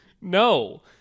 No